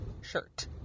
shirt